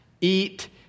eat